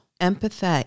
Empathy